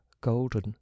golden